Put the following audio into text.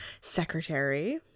Secretary